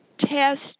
Test